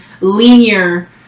linear